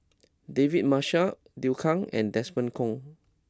David Marshall Liu Kang and Desmond Kon